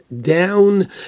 down